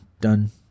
done